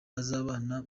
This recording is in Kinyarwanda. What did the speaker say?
bazabana